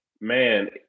man